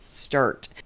start